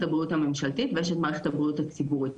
הבריאות הממשלתית ויש את מערכת הבריאות הציבורית.